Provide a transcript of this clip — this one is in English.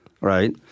right